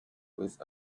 with